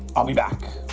i'll be back